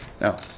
No